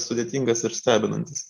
sudėtingas ir stebinantis